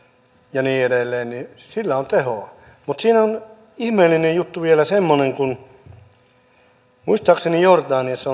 ja niin edelleen niin sillä on tehoa mutta siinä on ihmeellinen juttu vielä semmoinen että muistaakseni jordaniassa korjatkaa jos se